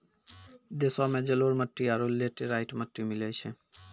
देशो मे जलोढ़ मट्टी आरु लेटेराइट मट्टी मिलै छै